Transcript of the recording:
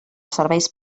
serveis